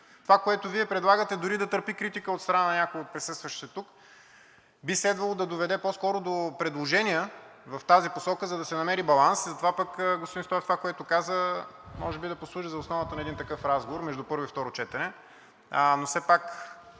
Това, което Вие предлагате, дори да търпи критика от страна на някои от присъстващите тук, би следвало да доведе по-скоро до предложения в тази посока, за да се намери баланс и затова това, което каза господин Стоев, може би, да послужи за основата на един такъв разговор между първо и второ четене.